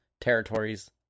territories